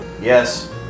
Yes